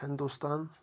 Hindustan